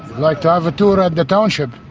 like to have a tour at the township?